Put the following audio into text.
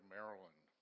Maryland